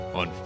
on